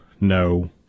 no